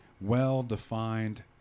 well-defined